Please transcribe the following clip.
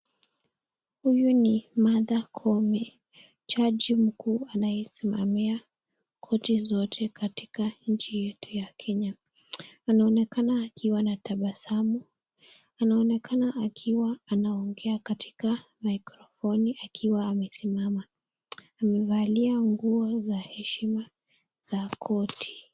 Huyu ni Martha Koome, jaji mkuu anaye simamamia koti zote katika nchi yetu ya Kenya, anaonekana akiwa anaonekana wakiwa anatabasamu, anaonekana akiwa anaongea katika maikrofoni akiwa amesimama, amevalia nguo za heshima za koti.